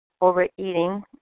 overeating